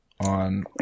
on